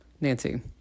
Nancy